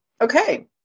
Okay